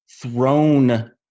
thrown